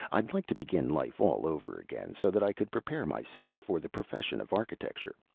i'd like to begin life all over again, so that i could prepare myself for the profession of architecture.